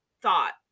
thought